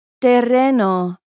terreno